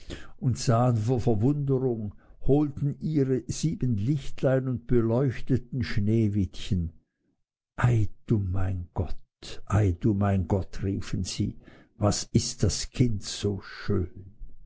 und schrien vor verwunderung holten ihre sieben lichtlein und beleuchteten sneewittchen ei du mein gott ei du mein gott riefen sie was ist das kind so schön